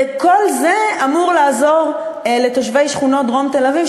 וכל זה אמור לעזור לתושבי שכונות דרום תל-אביב,